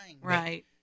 Right